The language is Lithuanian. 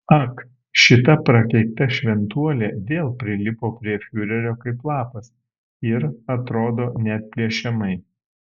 ak šita prakeikta šventuolė vėl prilipo prie fiurerio kaip lapas ir atrodo neatplėšiamai